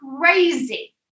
crazy